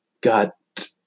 got